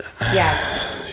Yes